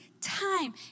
time